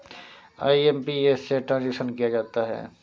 IMPS से transaction किया जाता है